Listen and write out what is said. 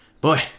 Boy